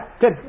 good